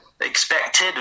expected